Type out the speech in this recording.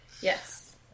Yes